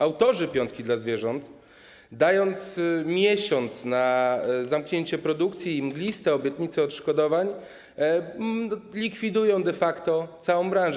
Autorzy piątki dla zwierząt, dając miesiąc na zamknięcie produkcji i mgliste obietnice odszkodowań, likwidują de facto całą branżę.